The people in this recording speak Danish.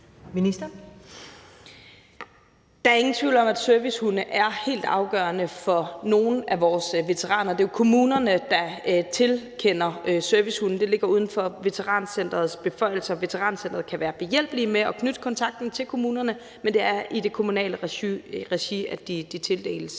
Der er ingen tvivl om, at servicehunde er helt afgørende for nogle af vores veteraner. Det er jo kommunerne, der tilkender servicehunde. Det ligger uden for Veterancentrets beføjelser. Veterancenteret kan være behjælpelige med at knytte kontakten til kommunerne, men det er i det kommunale regi, at de tildeles.